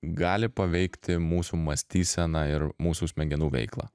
gali paveikti mūsų mąstyseną ir mūsų smegenų veiklą